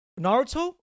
Naruto